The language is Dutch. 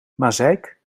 maaseik